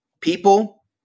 people